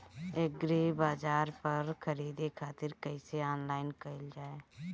एग्रीबाजार पर खरीदे खातिर कइसे ऑनलाइन कइल जाए?